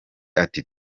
ati